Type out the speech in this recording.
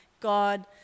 God